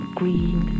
green